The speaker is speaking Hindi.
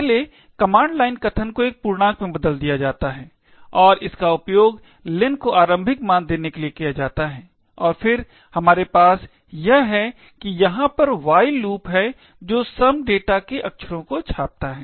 पहले कमांड लाइन कथन को एक पूर्णांक में बदल दिया जाता है और इसका उपयोग len को आरंभिक मान देने के लिए किया जाता है और फिर हमारे पास यह है कि यहाँ पर while लूप है जो some data के अक्षरों को छापता है